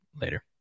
later